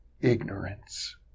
ignorance